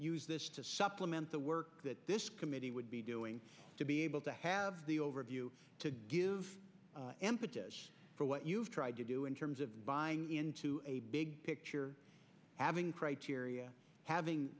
use this to supplement the work that this committee would be doing to be able to have the overview to give for what you've tried to do in terms of buying into a big picture adding criteria having